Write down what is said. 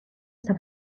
está